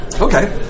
Okay